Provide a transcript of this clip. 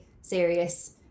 serious